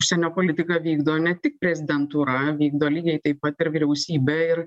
užsienio politiką vykdo ne tik prezidentūra vykdo lygiai taip pat ir vyriausybė ir